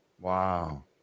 Wow